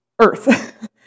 Earth